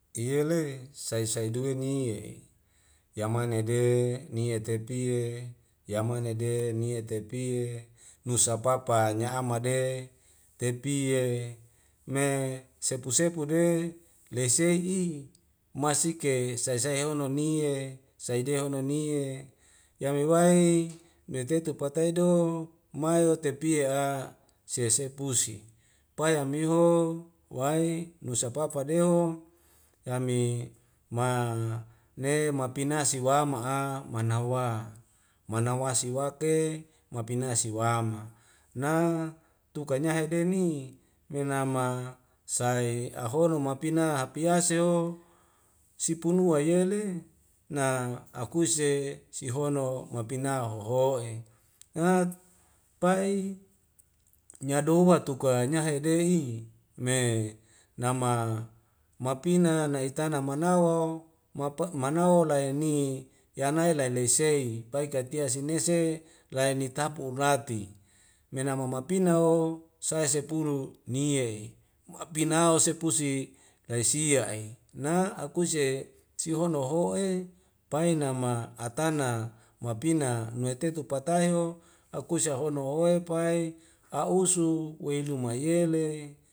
Yele sai sai duwe ni e yamane de nie tepie yamane de nie tepie nusa papa nya'ama de tepie me sepu sepu de lesei'i masike sai sai hono nie saideho nionie yame wai matetu patai do mai o tepiea sesepusi pai amiho wai nusapapa deho yami ma ne mapina si wama'a manawa manawa siwa ke mapina siwama na tukanya hedeni menama sai ahono mapina apeaseho sipunua yele na akuse sihono mapini hoho'e eat pai nyadoha tuka nyahede'i me nama mapina nai itanama na wo map mana o laine yanai lai lasei pai katia senese laini tapu ulati mena mama mapina o sae sepuru nie'e mapina o sepusi raisia'e na akuse sihono ho'e paenama atana mapina noe tetu patahyo akuse ahono woepae a'usu weiluma yele